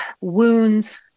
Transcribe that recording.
wounds